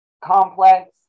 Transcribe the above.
complex